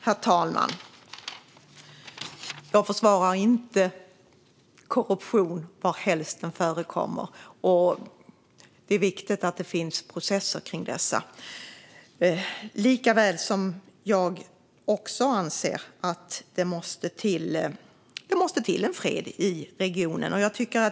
Herr talman! Jag försvarar inte korruption var den än förekommer. Det är viktigt att det finns processer för detta. Jag anser också att det måste till en fred i regionen.